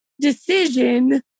decision